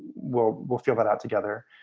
we'll we'll feel that out together.